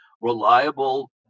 reliable